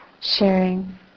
sharing